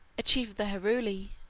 a chief of the heruli,